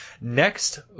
next